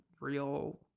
real